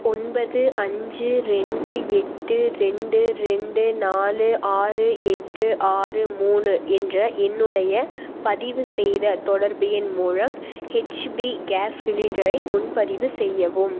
ஒன்பது அஞ்சு ரெண்டு எட்டு ரெண்டு ரெண்டு நாலு ஆறு எட்டு ஆறு மூணு என்ற என்னுடைய பதிவுசெய்த தொடர்பு எண் மூலம் ஹெச்பி கேஸ் சிலிண்டரை முன்பதிவு செய்யவும்